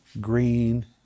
green